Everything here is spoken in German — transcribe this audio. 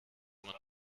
man